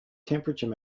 temperature